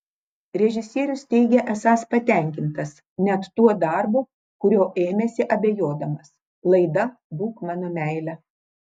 režisierius teigia esąs patenkintas net tuo darbu kurio ėmėsi abejodamas laida būk mano meile